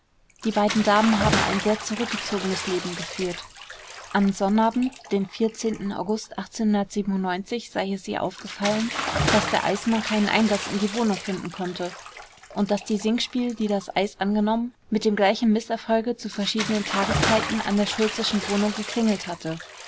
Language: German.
die beiden damen haben ein sehr zurückgezogenes leben geführt am sonnabend den august sei es ihr aufgefallen daß der eismann keinen einlaß in die wohnung finden konnte und daß die singspiel die das eis angenommen mit dem gleichen mißerfolge zu verschiedenen tageszeiten an der schultzeschen wohnung geklingelt hatte